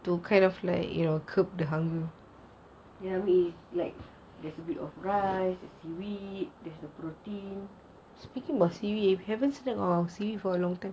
I mean there's a bit of rice there's seaweed a bit of protein